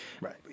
Right